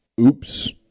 Oops